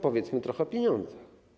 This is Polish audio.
Powiedzmy trochę o pieniądzach.